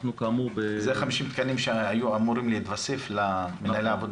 אנחנו כאמור --- אלה 50 התקנים שהיו אמורים להתווסף למנהל העבודה?